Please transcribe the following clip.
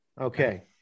okay